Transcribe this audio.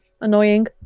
annoying